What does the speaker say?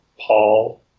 Paul